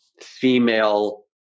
female